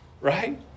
right